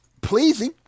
pleasing